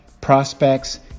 prospects